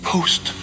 Post